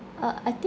uh I think